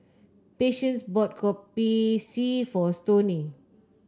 Patience bought Kopi C for Stoney